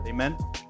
Amen